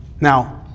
now